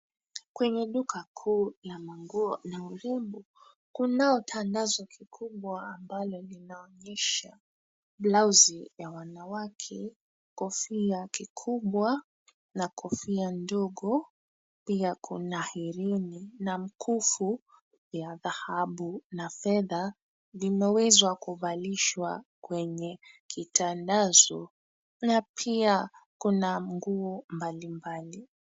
Kwenye duka kuu ya manguo na urembo, kunao tandazo kikubwa ambalo linaonyesha blausi ya wanawake, kofia kikubwa na kofia ndogo. Pia kuna herini na mkufu ya dhahabu na fedha. Vimewezwa kuvalishwa kwenye kitandazo na pia kuna nguo mbali mbali.